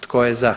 Tko je za?